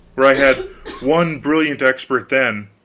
where i had one brilliant expert then,